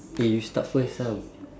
eh you start first lah